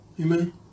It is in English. Amen